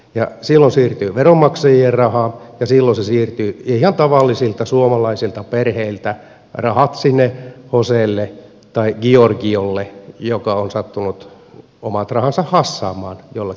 silloin siirtyy veronmaksajien rahaa ja silloin siirtyvät ihan tavallisilta suomalaisilta perheiltä rahat sinne joselle tai giorgiolle joka on sattunut omat rahansa hassaamaan jollakin tavalla